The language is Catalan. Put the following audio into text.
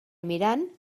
mirant